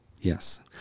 Yes